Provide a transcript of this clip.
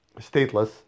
stateless